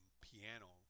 piano